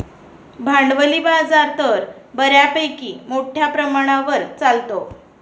भांडवली बाजार तर बऱ्यापैकी मोठ्या प्रमाणावर चालतो